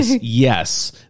Yes